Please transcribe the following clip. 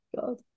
God